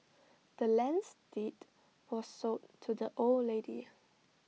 the land's deed was sold to the old lady